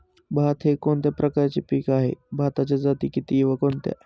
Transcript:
भात हे कोणत्या प्रकारचे पीक आहे? भाताच्या जाती किती व कोणत्या?